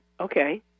Okay